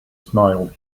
smiled